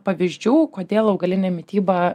pavyzdžių kodėl augalinė mityba